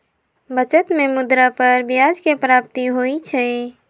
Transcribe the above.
बचत में मुद्रा पर ब्याज के प्राप्ति होइ छइ